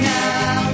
now